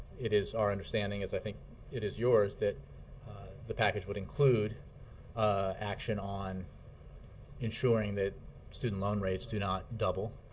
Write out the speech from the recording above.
it is our understanding as i think it is yours that the package would include action on ensuring that student loans rates do not double.